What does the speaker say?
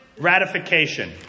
ratification